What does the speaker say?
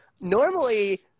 Normally